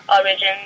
origin